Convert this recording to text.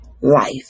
life